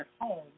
home